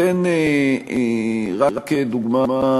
לא רוצה להמשיך את המשפט הרגיל,